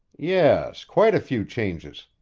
yes, quite a few changes!